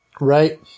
Right